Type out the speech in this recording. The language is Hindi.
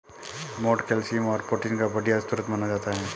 मोठ कैल्शियम और प्रोटीन का बढ़िया स्रोत माना जाता है